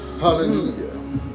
Hallelujah